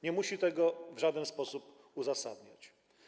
Nie musi tego w żaden sposób uzasadniać.